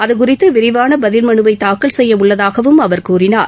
அதுகுறித்து விரிவான பதில் மனுவை தாக்கல் செய்யவுள்ளதாகவும் அவர் தெரிவித்தார்